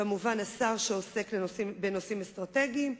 כמובן גם השר שעוסק בנושאים אסטרטגיים,